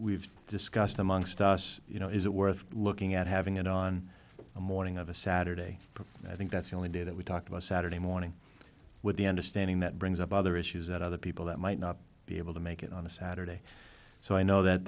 we've discussed amongst us you know is it worth looking at having it on a morning of a saturday and i think that's the only day that we talked about saturday morning with the understanding that brings up other issues that other people that might not be able to make it on a saturday so i know that